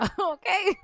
Okay